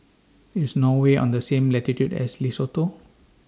IS Norway on The same latitude as Lesotho